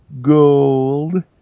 Gold